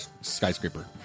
skyscraper